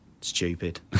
stupid